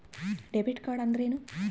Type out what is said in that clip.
Debit card ಅಂದ್ರೇನು?